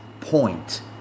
point